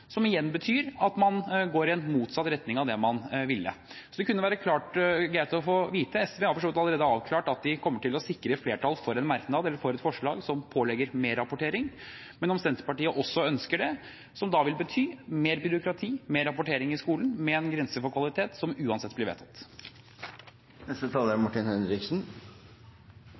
som igjen betyr at man går i en motsatt retning av det man ville. SV har for så vidt allerede avklart at de kommer til å sikre flertall for et forslag som pålegger mer rapportering, men det kunne være greit å få vite om Senterpartiet også ønsker det, som da vil bety mer byråkrati, mer rapportering i skolen, med en grense for kvalitet som uansett blir vedtatt. Jeg måtte ha en kommentar til regjeringspartienes framstilling av egen innsats i denne saken. På den ene sida er